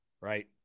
right